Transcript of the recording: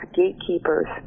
gatekeepers